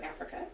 Africa